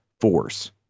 force